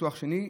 ניתוח שני,